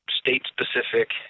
state-specific